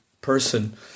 person